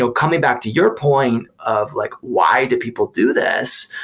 so coming back to your point of like why do people do this,